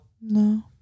No